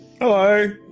Hello